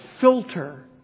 filter